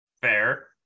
Fair